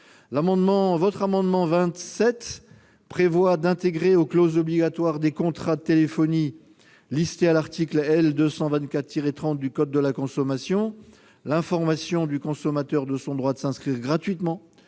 il tend à intégrer aux clauses obligatoires des contrats de téléphonie listés à l'article L. 224-30 du code de la consommation l'information du consommateur de son droit de s'inscrire gratuitement